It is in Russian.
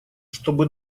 чтобы